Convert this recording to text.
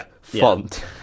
font